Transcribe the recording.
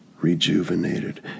rejuvenated